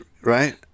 right